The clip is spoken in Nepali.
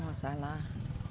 मसाला